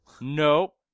nope